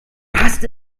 hast